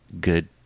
good